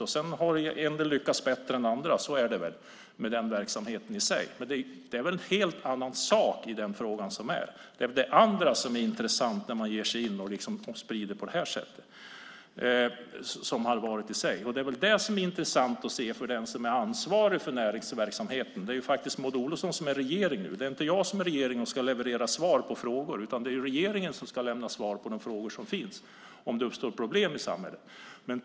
En del har lyckats bättre än andra, och så är det väl med den verksamheten. Men det är en helt annan sak i denna fråga när man ger sig in och sprider det på detta sätt. Det borde vara intressant att se för den som är ansvarig för näringsverksamheten. Det är faktiskt Maud Olofsson som sitter i regeringen och inte jag. Jag ska inte leverera svar på frågor, utan det ska regeringen göra om det uppstår problem i samhället.